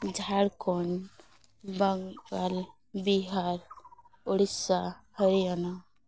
Jharkhand Bihar Odisha Haryana